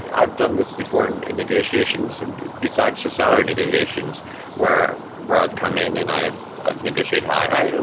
ah i've done this before in in negotiations and besides the salary negotiations where where i've come in and i've i've negotiated high.